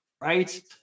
Right